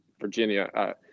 Virginia